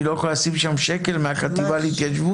היא לא יכולה לשים שם שקל מהחטיבה להתיישבות?